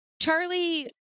Charlie